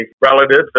relatives